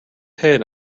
head